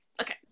okay